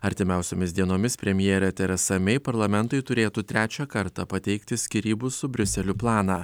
artimiausiomis dienomis premjerė teresa mei parlamentui turėtų trečią kartą pateikti skyrybų su briuseliu planą